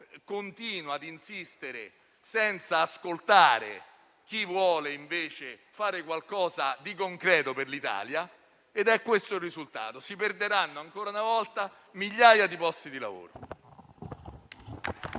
continui ad insistere senza ascoltare chi vuole invece fare qualcosa di concreto per l'Italia e il risultato sarà che si perderanno ancora una volta migliaia di posti di lavoro.